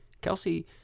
Kelsey